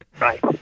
Right